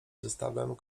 zestawem